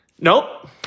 Nope